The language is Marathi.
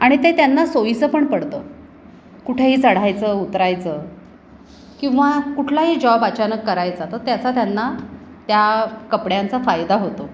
आणि ते त्यांना सोयीचं पण पडतं कुठेही चढायचं उतरायचं किंवा कुठलाही जॉब अचानक करायचा तर त्याचा त्यांना त्या कपड्यांचा फायदा होतो